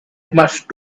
much